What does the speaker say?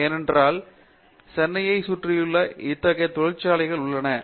ஏனெனில் சென்னையை சுற்றியுள்ள இத்தகைய தொழிற்சாலைகள் உள்ளன